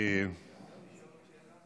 אפשר לשאול עוד שאלה?